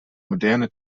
moderne